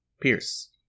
Pierce